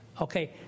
Okay